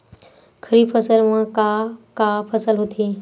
खरीफ फसल मा का का फसल होथे?